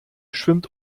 schwimmt